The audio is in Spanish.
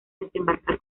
desembarcar